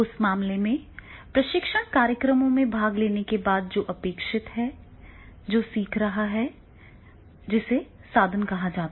उस मामले में प्रशिक्षण कार्यक्रमों में भाग लेने के बाद जो अपेक्षित है वह सीख रहा है जिसे साधन कहा जाता है